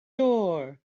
door